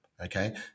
okay